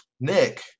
Nick